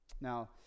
Now